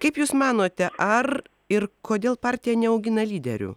kaip jūs manote ar ir kodėl partija neaugina lyderių